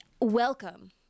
Welcome